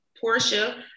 Portia